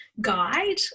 guide